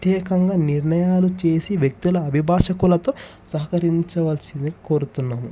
ప్రత్యేకంగా నిర్ణయాలు చేసి వ్యక్తుల అభిభాషకులతో సహకరించవలసిందిగా కోరుతున్నాము